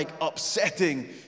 upsetting